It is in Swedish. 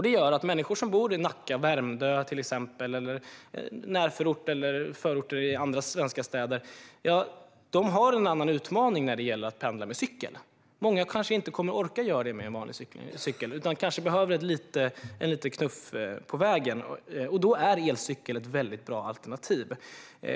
Det gör att människor som bor till exempel i Nacka, Värmdö, närförort eller förorter i andra svenska städer har en annan utmaning när det gäller att pendla med cykel. Många kommer kanske inte att orka göra det med en vanlig cykel, utan de kanske behöver en liten knuff på vägen. Då är en elcykel ett väldigt bra alternativ.